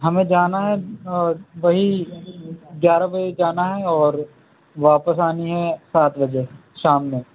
ہمیں جانا ہے وہی گیارہ بجے جانا ہے اور واپس آنی ہے سات بجے شام میں